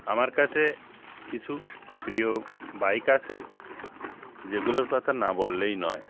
আমার কাছে কিছু প্রিয় বাইক আসে যেগুলোর কথা না বললেই নয়